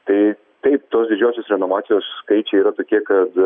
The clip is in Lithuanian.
tai tai tos didžiosios renovacijos skaičiai yra tokie kad